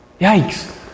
Yikes